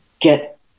get